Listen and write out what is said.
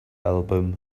album